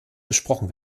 besprochen